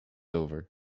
over